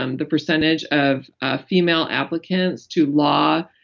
um the percentage of ah female applicants to law,